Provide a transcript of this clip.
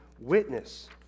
witness